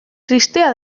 tristea